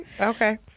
Okay